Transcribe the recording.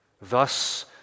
Thus